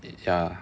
ya